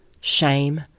shame